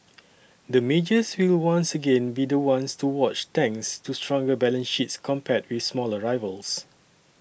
the majors will once again be the ones to watch thanks to stronger balance sheets compared with smaller rivals